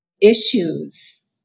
issues